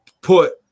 put